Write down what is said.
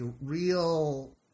real